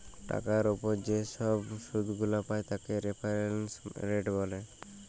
টাকার উপর যে ছব শুধ গুলা পায় তাকে রেফারেন্স রেট ব্যলে